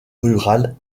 rurale